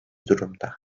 durumda